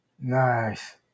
Nice